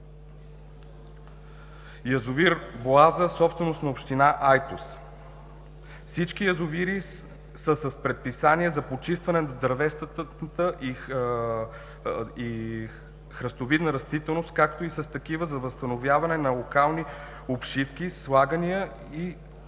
яз. „Боаза“ – собственост на Община Айтос. Всички язовири са с предписания за почистване на дървесната и храстовидна растителност, както и с такива за възстановяване на локални обшивки, слагания и водни